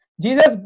Jesus